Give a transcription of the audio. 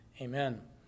amen